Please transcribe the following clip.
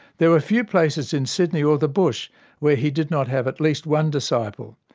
there were few places in sydney or the bush where he did not have at least one disciple.